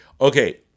okay